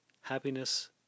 Happiness